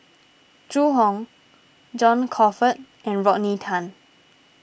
Zhu Hong John Crawfurd and Rodney Tan